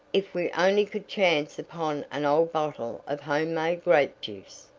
if we only could chance upon an old bottle of home-made grape juice!